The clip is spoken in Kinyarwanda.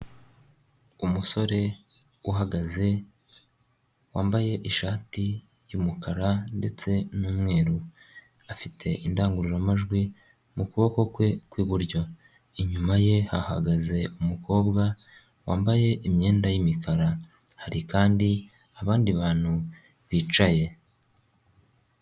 Umusore uhagaze, wambaye ishati y'umukara ndetse n'umweru, afite indangururamajwi mu kuboko kwe kw'buryo, inyuma ye hahagaze umukobwa wambaye imyenda y'imikara, hari kandi abandi bantu bicaye.